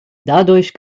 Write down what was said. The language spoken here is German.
dadurch